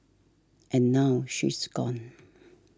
and now she is gone